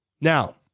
Now